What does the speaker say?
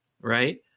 right